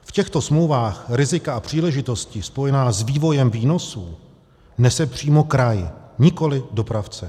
V těchto smlouvách rizika a příležitosti spojená s vývojem výnosů nese přímo kraj, nikoliv dopravce.